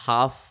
Half